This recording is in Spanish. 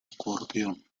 acordeón